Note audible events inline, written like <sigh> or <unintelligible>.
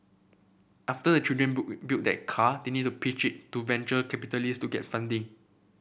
after the children <unintelligible> build their car they need to pitch it to venture capitalists to get funding